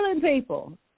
people